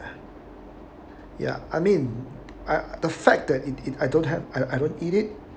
ya I mean I the fact that it I don't had I don't eat it